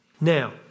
Now